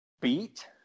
beat